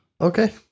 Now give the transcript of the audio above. Okay